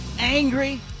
angry